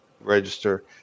register